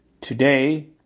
Today